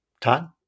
todd